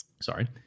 Sorry